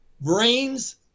brains